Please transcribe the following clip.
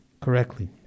correctly